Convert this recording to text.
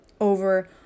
over